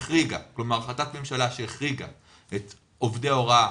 כלומר החלטת ממשלה שהחריגה את עובדי ההוראה